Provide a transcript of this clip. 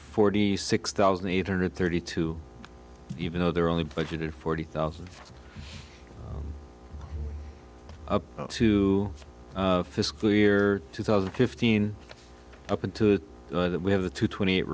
forty six thousand eight hundred thirty two even though they're only budgeted forty thousand up to fiscal year two thousand and fifteen up and to that we have a two twenty eight